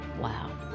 Wow